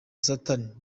satan